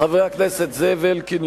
חברי הכנסת זאב אלקין,